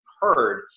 heard